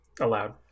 allowed